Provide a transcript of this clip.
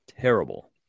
terrible